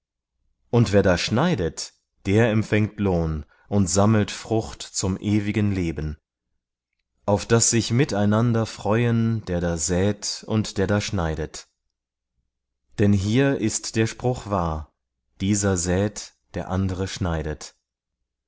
und wer da schneidet der empfängt lohn und sammelt frucht zum ewigen leben auf daß sich miteinander freuen der da sät und der da schneidet denn hier ist der spruch wahr dieser sät der andere schneidet